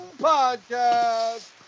Podcast